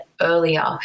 earlier